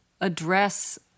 address